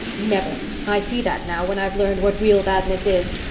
never. i see that now, when i've learned what real badness is.